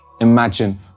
Imagine